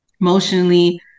emotionally